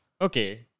okay